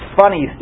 funny